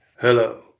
Hello